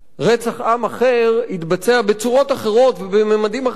רצח עם אחר התבצע בצורות אחרות ובממדים אחרים,